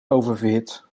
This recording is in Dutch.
oververhit